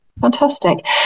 Fantastic